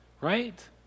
Right